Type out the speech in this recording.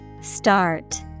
Start